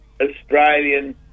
Australian